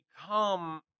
become